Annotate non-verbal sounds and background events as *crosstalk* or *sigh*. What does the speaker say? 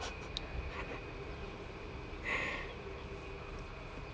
*laughs*